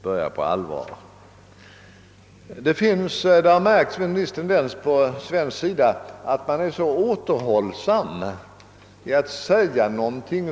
Det har på sistone märkts en viss tendens i Sverige att vara återhållsam med att säga någonting.